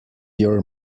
your